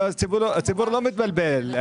לא, הציבור לא מתבלבל.